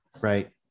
Right